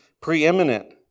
preeminent